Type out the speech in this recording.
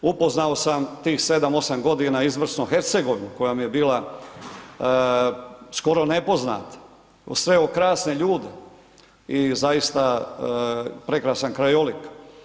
Upoznao sam tih 7-8.g. izvrsno Hercegovinu koja mi je bila skoro nepoznata, sreo krasne ljude i zaista prekrasan krajolik.